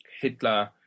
Hitler